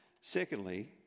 Secondly